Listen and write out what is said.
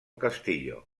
castillo